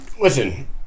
listen